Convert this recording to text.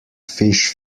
fish